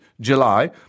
July